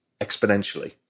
exponentially